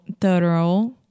thorough